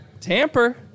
tamper